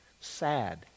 Sad